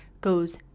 goes